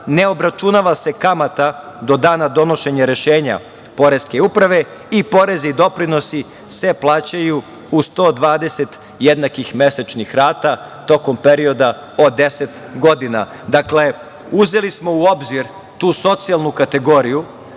ne obračunava se kamata do dana donošenja rešenja Poreske uprave i porezi i doprinosi se plaćaju u 120 jednakih mesečnih rata tokom perioda od 10 godina. Dakle, uzeli smo u obzir tu socijalnu kategoriju